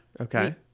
Okay